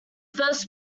first